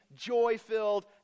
joy-filled